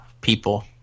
People